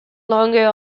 longer